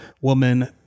woman